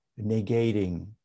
negating